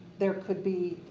there could be.